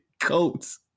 coats